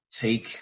take